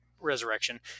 resurrection